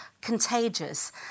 contagious